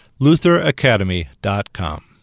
lutheracademy.com